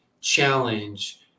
challenge